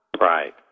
Right